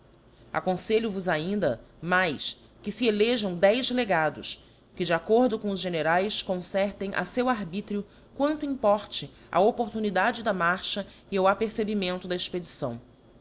oufar acommettel os aconfelho vos ainda mais que fe elejam dez legados que de accordo com os generaes concertem a feu arbitrio quanto importe á opportunidade da marcha e ao apercebimento da expedição